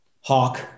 Hawk